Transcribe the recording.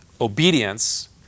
Obedience